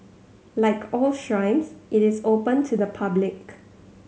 like all shrines it is open to the public